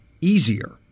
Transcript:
easier